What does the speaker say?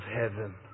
heaven